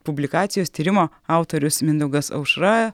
publikacijos tyrimo autorius mindaugas aušra